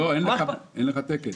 לא, אין לך תקן.